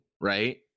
right